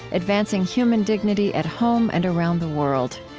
advancing human dignity at home and around the world.